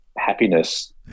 Happiness